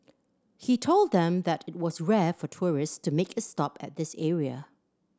he told them that it was rare for tourist to make a stop at this area